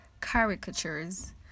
caricatures